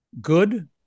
good